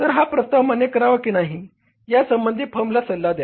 तर हा प्रस्ताव मान्य करावा की नाही यासंबंधी फर्मला सल्ला द्या